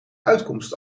uitkomst